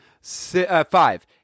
five